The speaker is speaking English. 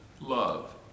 love